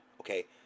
okay